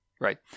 Right